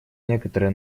некоторые